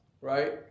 Right